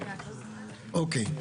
אוקיי.